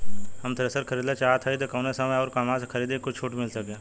हम थ्रेसर खरीदल चाहत हइं त कवने समय अउर कहवा से खरीदी की कुछ छूट मिल सके?